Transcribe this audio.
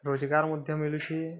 ରୋଜଗାର ମଧ୍ୟ ମିଳୁଛି